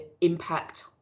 impact